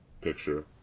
picture